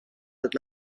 het